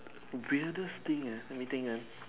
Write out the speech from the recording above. weirdest thing ah let me think ah